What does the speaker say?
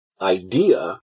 idea